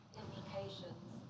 implications